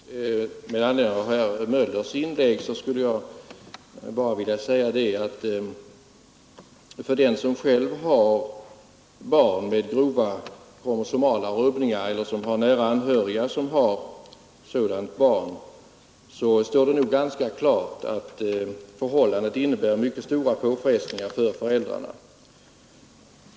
Nr 134 Herr talman! Med anledning av herr Möllers i Göteborg inlägg vill jag Torsdagen den bara säga att för den som själv har barn med grava kromosomala 7 december 1972 rubbningar eller har nära anhöriga med ett sådant barn står det nog ganska klart att förhållandet innebär mycket stora påfrestningar för föräldrarna.